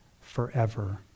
forever